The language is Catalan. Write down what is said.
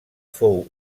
fou